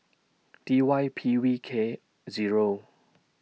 D Y P V K Zero